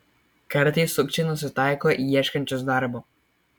kartais sukčiai nusitaiko į ieškančius darbo